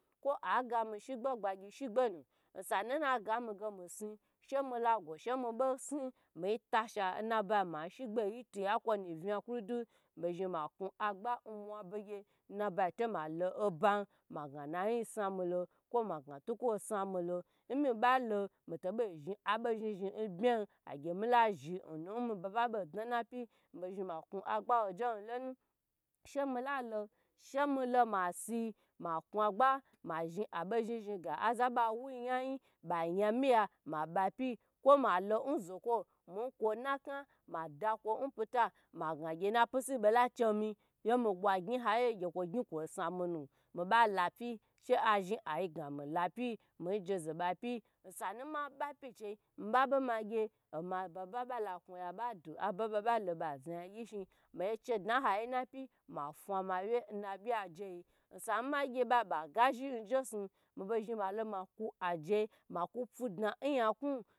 Koi a gami gbagyi shegbe osanu na gami ge mi snu shemi la go she mi snu ma tasha n nabyi mila shegbe yi tiya n kwonu n vyi mi bo zhni ma kwu agba n mwau begye n na byi to malo oba mage nyi snu milo koi magna tuko snu milo n myi balo mi to bo zhni abo n bmam ha ge mila zhi n mi baba bo dna na pyi ma kwu agba ho n lo nu she mi la lo ma kwu agba ga aza n be wuyi nyan be nyamiya mi zhyi pyi koi ma lo n zuko myi ko nakna vnunu ma dako n pyita ma gna napesi bola che mi koi gye koi snu mi nu mi be la pyi she a zhni agna mi lo apyi myi la pyi osa ma zhe pyi chei mi be ma gye ma baba lakwuya bedu aba ba boi zhe nyagye shin mi chedna n na pyi ma fnuwye na byi ajyi osa ma gye be gazhni n jesnu ma kwu a je makwu pyoi dna n nyaknu